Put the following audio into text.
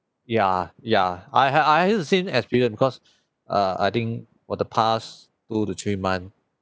ya ya I have I have the same experience because uh I think for the past two to three month